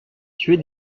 tuer